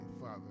father